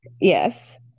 Yes